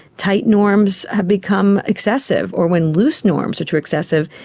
tight norms have become excessive or when loose norms are too excessive.